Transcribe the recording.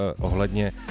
ohledně